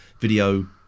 video